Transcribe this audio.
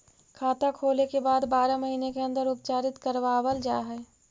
खाता खोले के बाद बारह महिने के अंदर उपचारित करवावल जा है?